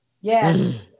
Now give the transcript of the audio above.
yes